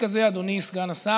אדוני סגן השר,